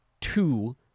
two